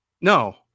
No